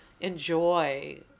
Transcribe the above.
enjoy